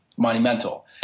Monumental